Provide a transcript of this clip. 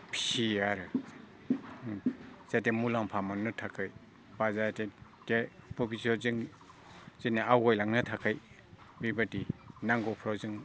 फिसियो आरो जाहाथे मुलाम्फा मोननो थाखाय बा जाहाथे भबिस्त जों जेनेबा आवगायलांनो थाखाय बेबादि नांगौफोराव जों